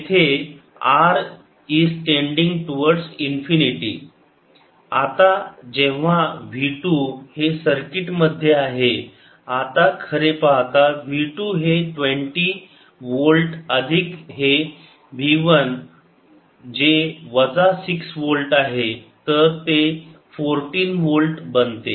At R→∞ R→∞ येथे V1 6010 6V आता जेव्हा V 2 हे सर्किट मध्ये आहे आता खरे पाहता V 2 हे 20 वोल्ट अधिक हे V वन जे वजा 6 वोल्ट आहे तर ते 14 वोल्ट बनते